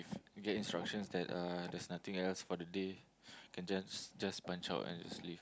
get instructions that uh there's nothing else for the day then just just punch out and just leave